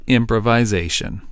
improvisation